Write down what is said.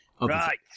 Right